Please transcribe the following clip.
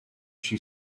she